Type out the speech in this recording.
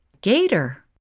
Gator